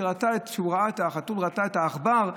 כשהוא ראה את העכבר,